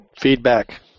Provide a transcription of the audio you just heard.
feedback